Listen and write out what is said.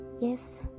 Yes